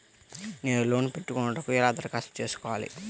నేను లోన్ పెట్టుకొనుటకు ఎలా దరఖాస్తు చేసుకోవాలి?